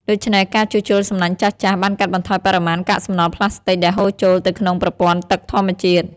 ដូច្នេះ ការជួសជុលសំណាញ់ចាស់ៗបានកាត់បន្ថយបរិមាណកាកសំណល់ប្លាស្ទិកដែលហូរចូលទៅក្នុងប្រព័ន្ធទឹកធម្មជាតិ។